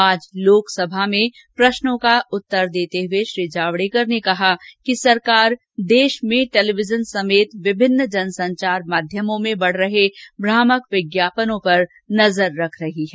आज लोकसभा में प्रश्नों का उत्तर देते हुए श्री जावड़ेकर ने कहा कि सरकार देश में टेलीविजन समेत विभिन्न जन संचार माध्यमों में बढ़ रहे भ्रामक विज्ञापनों पर नजर रखती है